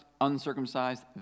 uncircumcised